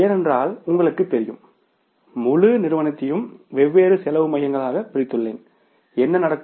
ஏனென்றால் உங்களுக்குத் தெரியும் முழு நிறுவனத்தையும் வெவ்வேறு காஸ்ட் சென்டர்ங்களாகப் பிரித்துள்ளேன் என்ன நடக்கும்